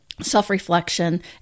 self-reflection